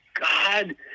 God